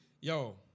Yo